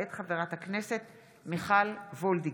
מאת חבר הכנסת מוסי רז,